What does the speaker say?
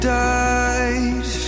died